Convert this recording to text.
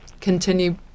continue